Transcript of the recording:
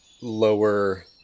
lower